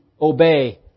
obey